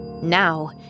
Now